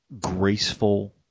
graceful